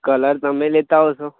colour તમે લેતા આવશો